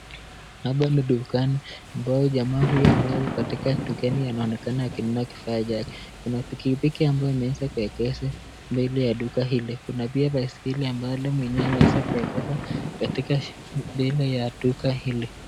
Hapa ni dukani ambapo jamaa huyu ambaye ako katika dukani anaonekana akinunua kifaa chake. Kuna pikipiki ambayo imeweza kuegeshwa mbele ya duka hili. Kuna pia baiskeli ambalo mwenyewe ameweza kuegesha katika mbele ya duka hili.